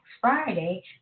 Friday